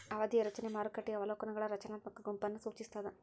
ಅವಧಿಯ ರಚನೆ ಮಾರುಕಟ್ಟೆಯ ಅವಲೋಕನಗಳ ರಚನಾತ್ಮಕ ಗುಂಪನ್ನ ಸೂಚಿಸ್ತಾದ